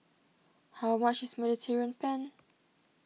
how much is Mediterranean Penne